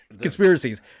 Conspiracies